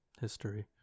history